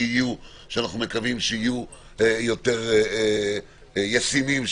שאנחנו מקווים שיהיו יותר ישימים.